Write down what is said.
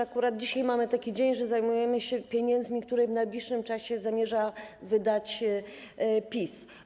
Akurat dzisiaj mamy taki dzień, że zajmujemy się pieniędzmi, które w najbliższym czasie zamierza wydać PiS.